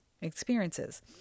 experiences